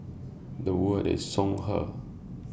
The Would IS Songhe